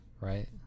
right